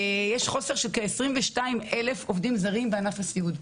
יש חוסר של כ-22,000 עובדים זרים בענף הסיעוד,